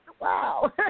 Wow